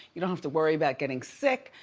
you don't have to worry about getting sick.